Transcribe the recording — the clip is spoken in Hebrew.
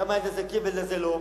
למה לזה כן ולזה לא?